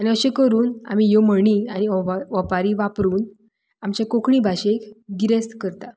आनी अशें करून आमी ह्यो म्हणी आनी ओवा ओंपारी वापरून आमचे कोंकणी भाशेक गिरेस्त करता